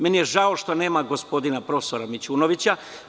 Žao mi je što nema gospodina profesora Mićunovića.